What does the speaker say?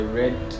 red